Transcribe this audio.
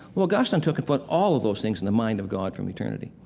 augustine took and put all of those things in the mind of god for eternity.